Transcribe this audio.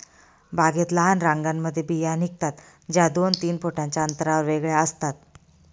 बागेत लहान रांगांमध्ये बिया निघतात, ज्या दोन तीन फुटांच्या अंतरावर वेगळ्या असतात